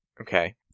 Okay